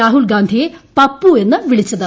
രാഹുൽ ഗാന്ധിയെ പപ്പു എന്ന് വിളിച്ചത്